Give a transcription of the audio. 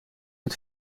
het